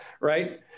right